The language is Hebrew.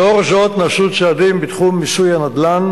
לאור זאת נעשו צעדים בתחום מיסוי הנדל"ן